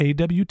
AWT